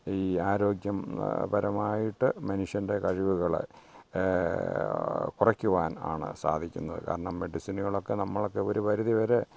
ഈ ആരോഗ്യം പരമായിട്ട് മനുഷ്യൻ്റെ കഴിവുകള് കുറയ്ക്കുവാൻ ആണ് സാധിക്കുന്നത് കാരണം മെഡിസിനുകളൊക്കെ നമ്മളൊക്കെ ഒരു പരിധിവരെ